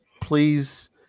please